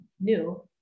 new